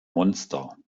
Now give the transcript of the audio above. monster